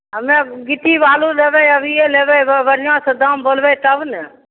हमे गिट्टी बालू लेबै अभिये लेबै ग बढ़िऑं सऽ दाम बोलबै तब ने